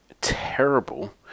terrible